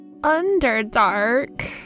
Underdark